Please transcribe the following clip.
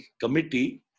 committee